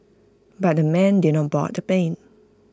but the men did not board the plane